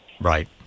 Right